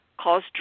cause